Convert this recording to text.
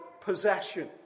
possession